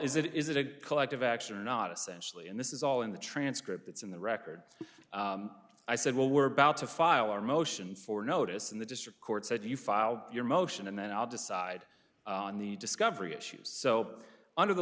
is it is it a collective action or not essentially and this is all in the transcript it's in the record i said well we're about to file a motion for notice in the district court said you filed your motion and then i'll decide on the discovery issues so under the